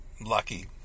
lucky